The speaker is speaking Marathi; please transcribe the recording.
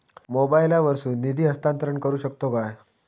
मोबाईला वर्सून निधी हस्तांतरण करू शकतो काय?